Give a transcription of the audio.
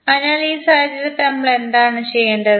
അതിനാൽ ഈ സാഹചര്യത്തിൽ നമ്മൾ എന്താണ് ചെയ്യേണ്ടത്